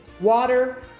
water